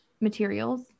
materials